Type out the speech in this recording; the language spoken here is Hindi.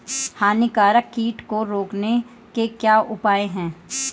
हानिकारक कीट को रोकने के क्या उपाय हैं?